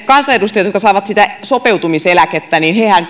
kansanedustajia jotka saavat sopeutumiseläkettä